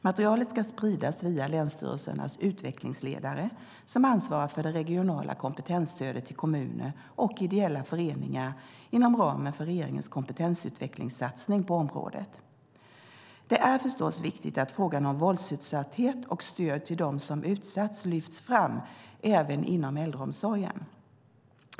Materialet ska spridas via länsstyrelsernas utvecklingsledare som ansvarar för det regionala kompetensstödet till kommuner och ideella föreningar inom ramen för regeringens kompetensutvecklingssatsning på området. Det är förstås viktigt att frågan om våldsutsatthet och stöd till dem som utsatts lyfts fram även inom äldreomsorgen.